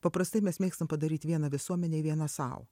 paprastai mes mėgstam padaryt vieną visuomenei vieną sau